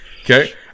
okay